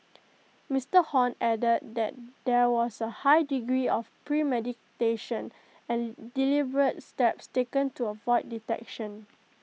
Mister Hon added that there was A high degree of premeditation and deliberate steps taken to avoid detection